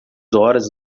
horas